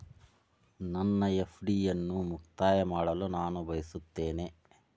ನನ್ನ ಎಫ್.ಡಿ ಅನ್ನು ಮುಕ್ತಾಯ ಮಾಡಲು ನಾನು ಬಯಸುತ್ತೇನೆ